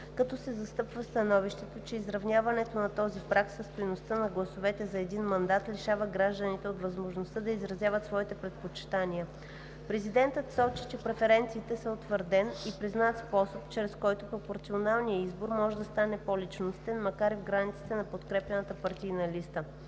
като се застъпва становището, че изравняването на този праг със стойността на гласовете за един мандат лишава гражданите от възможността да изразят своите предпочитания. Президентът сочи, че преференциите са утвърден и признат способ, чрез който пропорционалният избор може да стане по-личностен, макар и в границите на подкрепяната партийна листа.